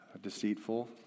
deceitful